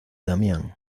damián